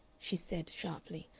she said, sharply,